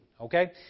Okay